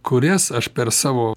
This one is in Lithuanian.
kurias aš per savo